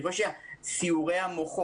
יש גם את הנושא של סיעורי המוחות.